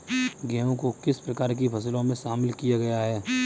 गेहूँ को किस प्रकार की फसलों में शामिल किया गया है?